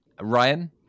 Ryan